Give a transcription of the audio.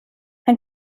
ein